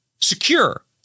secure